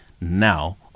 now